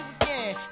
again